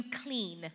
clean